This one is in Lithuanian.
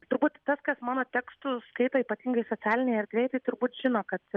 turbūt tas kas mano tekstus skaito ypatingai socialinėje erdvėje turbūt žino kad